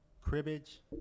cribbage